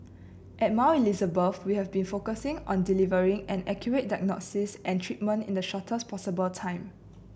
at Mount Elizabeth we have been focusing on delivering an accurate diagnosis and treatment in the shortest possible time